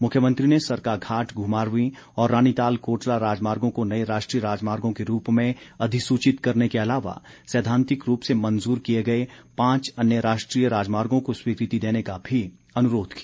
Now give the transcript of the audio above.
मुख्यमंत्री ने सरकाघाट घुमारवीं और रानीताल कोटला राजमार्गों को नए राष्ट्रीय राजमार्गों के रूप में अधिसूचित करने के अलावा सैद्वांतिक रूप से मंजूर किए गए पांच अन्य राष्ट्रीय राजमार्गों को स्वीकृति देने का भी अनुरोध किया